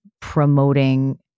promoting